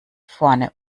vorne